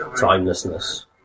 timelessness